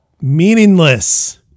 meaningless